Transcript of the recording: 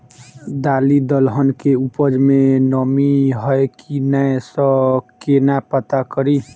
दालि दलहन केँ उपज मे नमी हय की नै सँ केना पत्ता कड़ी?